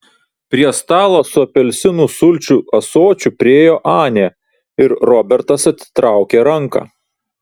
prie stalo su apelsinų sulčių ąsočiu priėjo anė ir robertas atitraukė ranką